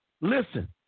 Listen